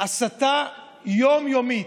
הסתה יום-יומית,